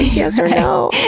yes or no?